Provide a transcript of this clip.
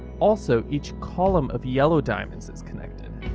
also each column of yellow diamonds is connected.